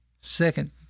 second